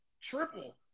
triple